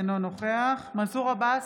אינו נוכח מנסור עבאס,